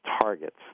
targets